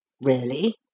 Really